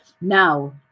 Now